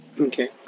okay